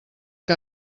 que